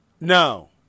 No